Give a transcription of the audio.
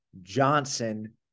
Johnson